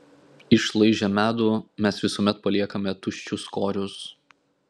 išlaižę medų mes visuomet paliekame tuščius korius